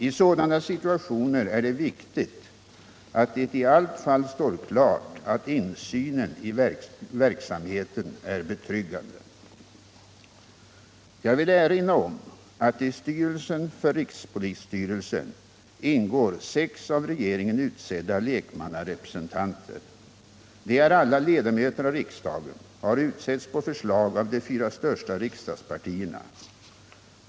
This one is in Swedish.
I sådana situationer är det viktigt att det i allt fall står klart att insynen i verksamheten är betryggande. Jag vill erinra om att i styrelsen för rikspolisstyrelsen ingår sex av regeringen utsedda lekmannarepresentanter. De är alla ledamöter av riksdagen och har utsetts på förslag av de fyra största riksdagspartierna.